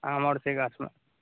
आम आओरके गाछमे